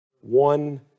One